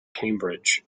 cambridge